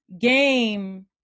game